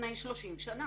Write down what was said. לפני 30 שנה.